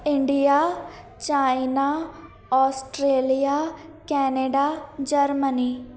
India China Australia Canada Germany